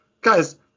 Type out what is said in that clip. guys